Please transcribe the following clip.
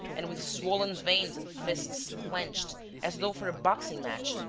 and, with swollen veins and fists clenched as though for a boxing-match,